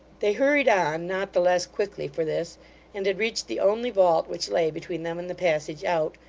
they hurried on, not the less quickly for this and had reached the only vault which lay between them and the passage out,